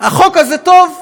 החוק הזה טוב.